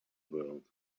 world